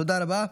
תודה רבה.